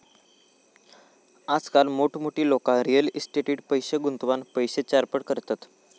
आजकाल मोठमोठी लोका रियल इस्टेटीट पैशे गुंतवान पैशे चारपट करतत